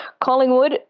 Collingwood